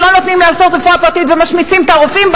שלא נותנים לעשות רפואה פרטית ומשמיצים את הרופאים,